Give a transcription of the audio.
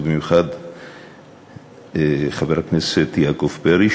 ובמיוחד חבר הכנסת יעקב פרי,